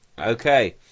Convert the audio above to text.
Okay